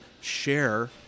share